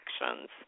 actions